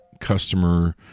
customer